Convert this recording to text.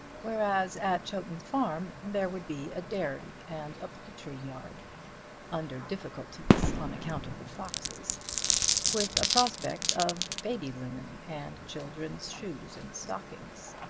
whereas at chowton farm there would be a dairy and a poultry yard under difficulties on account of the foxes with a prospect of baby linen and children's shoes and stockings.